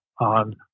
on